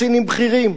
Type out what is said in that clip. כקצינים בכירים.